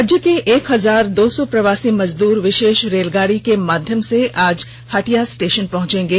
राज्य के एक हजार दो सौ प्रवासी मजदूर विषेष रेलगाड़ी के माध्यम से आज हटिया स्टेषन पहुंचेगें